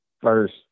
first